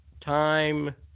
Time